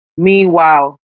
Meanwhile